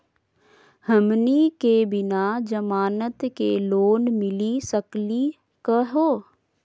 हमनी के बिना जमानत के लोन मिली सकली क हो?